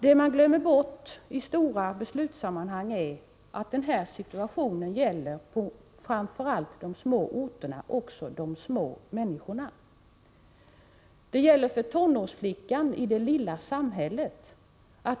Vad man glömmer bort i stora beslutsammanhang är att denna situation gäller framför allt på de små orterna och där också för de små människorna. Den gäller för tonårsflickan i det lilla samhället.